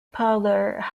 parlour